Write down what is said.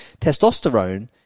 testosterone